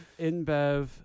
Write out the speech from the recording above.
Inbev